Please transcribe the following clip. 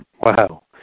Wow